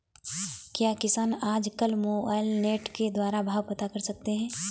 क्या किसान आज कल मोबाइल नेट के द्वारा भाव पता कर सकते हैं?